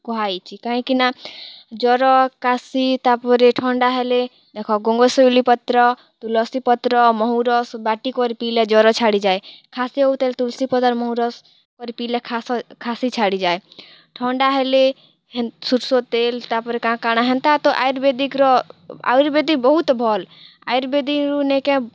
କୁହା ହେଇଚି କାହିଁକିନା ଜ୍ୱର କାଶି ତାପରେ ଥଣ୍ଡା ହେଲେ ଦେଖ ଗଙ୍ଗଶିଉଲି ପତ୍ର ତୁଳସୀ ପତ୍ର ମହୁ ରସ୍ ବାଟି କରି ପିଲେ ଜ୍ଵର ଛାଡ଼ିଯାଏ ଖାଶି ହଉଥିଲେ ତୁଳସୀ ପତ୍ର ମହୁ ରସ୍ କରି ପିଲେ ଖାଶ ଖାଶି ଛାଡ଼ିଯାଏ ଥଣ୍ଡା ହେଲେ ସୋରିଷ ତେଲ୍ ତାପରେ କାଣ୍ କାଣା ହାନ୍ତା ତ ଆୟୁର୍ବେଦିକ୍ର ଆୟୁର୍ବେଦିକ୍ ବହୁତ୍ ଭଲ୍ ଆୟୁର୍ବେଦିରୁ ନେଇକେଁ